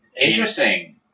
interesting